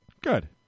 Good